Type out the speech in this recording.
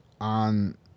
on